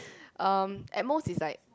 um at most it's like